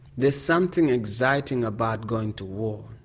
there's something exciting about going to war,